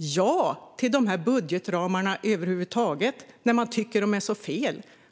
över huvud taget ja till dessa budgetramar när de tycker att de är så fel?